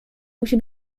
musi